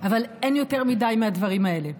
אין יותר מדי מהדברים האלה.